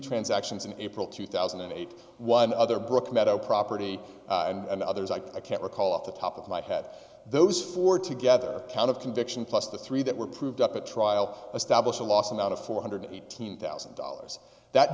transactions in april two thousand and eight one other brooke meadow property and others i can't recall off the top of my head those four together count of conviction plus the three that were proved up at trial established a loss amount of four hundred eighteen thousand dollars that